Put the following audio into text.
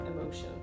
emotion